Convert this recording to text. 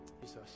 Jesus